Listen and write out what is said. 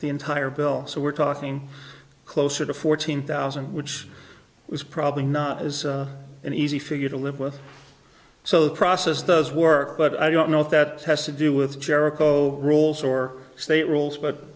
the entire bill so we're talking closer to fourteen thousand which was probably not as an easy for you to live with so the process does work but i don't know if that has to do with jericho rules or state rules but